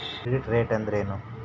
Credit rate ಅಂದರೆ ಏನು?